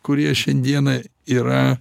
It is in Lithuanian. kurie šiandieną yra